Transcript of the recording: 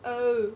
oh